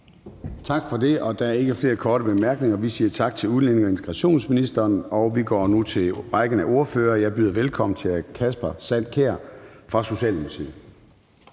Tak for det, og der er ikke flere korte bemærkninger. Vi siger tak til udlændinge- og integrationsministeren. Vi går nu videre til rækken af ordførere, og jeg byder velkommen til hr. Kasper Sand Kjær fra Socialdemokratiet.